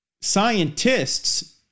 scientists